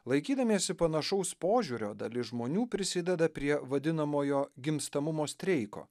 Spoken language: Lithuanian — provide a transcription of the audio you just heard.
laikydamiesi panašaus požiūrio dalis žmonių prisideda prie vadinamojo gimstamumo streiko